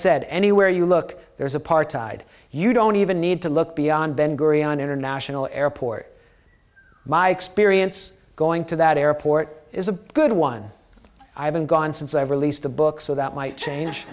said anywhere you look there's apartheid you don't even need to look beyond ben gurion international airport my experience going to that airport is a good one i've been gone since i've released the book so that might change